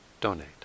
donate